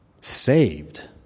Saved